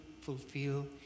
fulfill